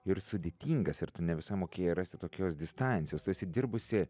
ir sudėtingas ir tu ne visą mokėjai rasti tokios distancijos tu esi dirbusi